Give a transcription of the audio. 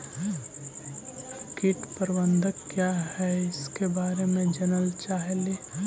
कीट प्रबनदक क्या है ईसके बारे मे जनल चाहेली?